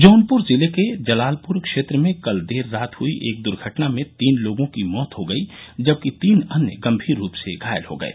जौनपुर जिले के जलालपुर क्षेत्र में कल देर रात हुयी एक दुर्घटना में तीन लोगों की मौत हो गयी जबकि तीन अन्य गम्भीर रूप से घायल हो गये